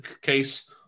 case